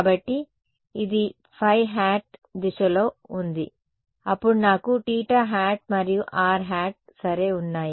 కాబట్టి ఇది phi hat దిశలో ఉంది అప్పుడు నాకు θ మరియు r సరే ఉన్నాయి